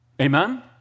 Amen